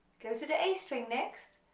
go to the a string next,